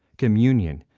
communion,